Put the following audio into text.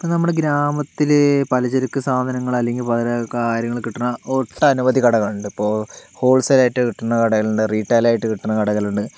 ഇപ്പം നമ്മുടെ ഗ്രാമത്തിലെ പലചരക്ക് സാധനങ്ങൾ അല്ലെങ്കിൽ ഈ വക കാര്യങ്ങൾ കിട്ടുന്ന ഒട്ടനവധി കടകളിണ്ടിപ്പോൾ ഹോൾസെയിലായിട്ട് കിട്ടുന്ന കടകളുണ്ട് റിറ്റൈൽ ആയിട്ട് കിട്ടുന്ന കടകളുണ്ട്